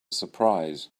surprise